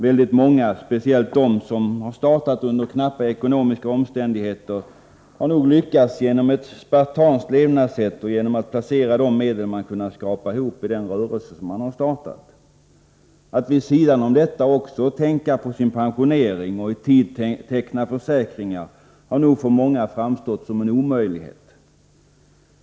Väldigt många, speciellt de som har startat under knappa ekonomiska omständigheter, har nog lyckats genom ett spartanskt levnadssätt och genom att de placerat de medel som de lyckats skrapa ihop i den rörelse som de har startat. Att vid sidan om detta tänka på sin pensionering och i tid teckna försäkringar har nog för många framstått som en omöjlighet.